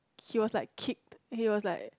he was like keep he was like